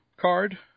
card